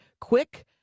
quick